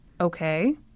okay